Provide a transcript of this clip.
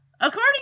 according